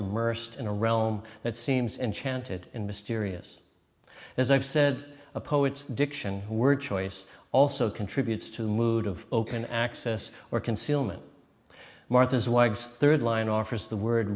immersed in a realm that seems enchanted and mysterious as i've said a poet's diction word choice also contributes to mood of open access or concealment martha's wags third line offers the word